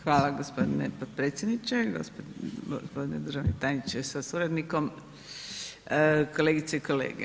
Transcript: Hvala gospodine potpredsjedniče, gospodine državni tajniče sa suradnikom, kolegice i kolege.